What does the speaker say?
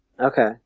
Okay